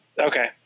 Okay